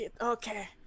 Okay